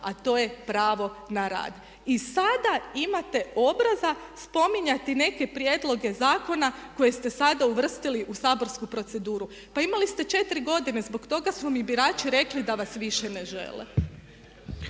a to je pravo na rad. I sada imate obraza spominjati neke prijedloge zakona koje ste sada uvrstili u saborsku proceduru. Pa imali ste 4 godine, zbog toga su vam i birači rekli da vas više ne žele.